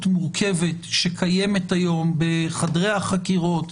מורכבת שקיימת היום בחדרי החקירות,